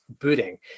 booting